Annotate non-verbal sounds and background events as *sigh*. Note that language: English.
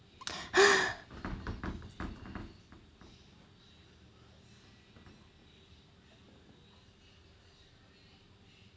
*laughs*